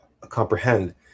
comprehend